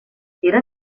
era